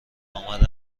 آمده